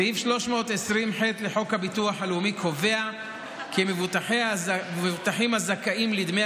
סעיף 320(ח) לחוק הביטוח הלאומי קובע כי מבוטחים הזכאים לדמי